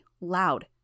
loud